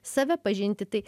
save pažinti tai